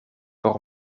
por